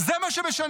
זה מה שמשנה.